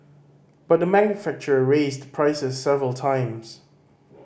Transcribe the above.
but the manufacturer raised prices several times